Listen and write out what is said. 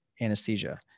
anesthesia